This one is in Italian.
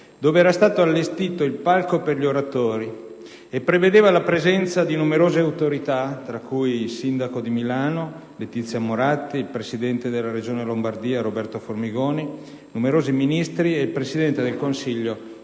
dove era stato allestito il palco per gli oratori, e prevedeva la presenza di numerose autorità, tra cui il sindaco di Milano Letizia Moratti, il presidente della Regione Lombardia Roberto Formigoni, numerosi Ministri e il presidente del Consiglio